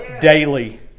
daily